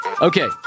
Okay